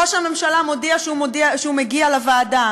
ראש הממשלה מודיע שהוא מגיע לממשלה,